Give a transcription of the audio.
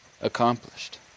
accomplished